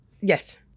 Yes